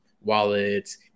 wallets